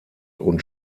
und